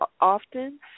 often